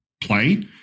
play